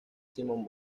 simón